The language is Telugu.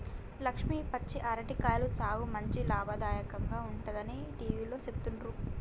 లక్ష్మి పచ్చి అరటి కాయల సాగు మంచి లాభదాయకంగా ఉంటుందని టివిలో సెప్పిండ్రు